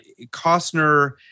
costner